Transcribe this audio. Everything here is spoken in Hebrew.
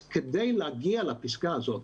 כדי להגיע לפסגה הזאת,